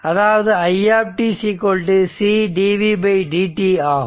அதாவது i c dv dt ஆகும்